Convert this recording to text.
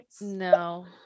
No